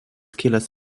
kilęs